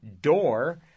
door